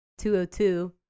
202